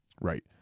right